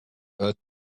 but